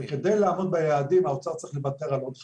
כדי לעמוד ביעדים, האוצר צריך לוותר על עוד חלום,